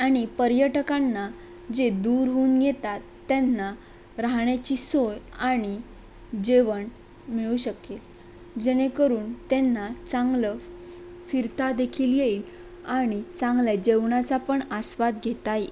आणि पर्यटकांना जे दूरहून येतात त्यांना राहण्याची सोय आणि जेवण मिळू शकेल जेणेकरून त्यांना चांगलं फिरतादेखील येईल आणि चांगल्या जेवणाचा पण आस्वाद घेता येईल